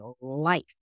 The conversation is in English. life